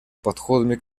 подходами